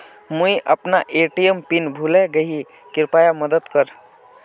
मुई अपना ATM pin भूले गही कृप्या मदद कर